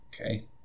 Okay